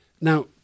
Now